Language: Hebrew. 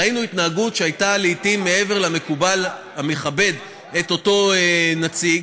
ראינו התנהגות שהייתה לעתים מעבר למקובל המכבד את אותו נציג,